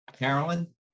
Carolyn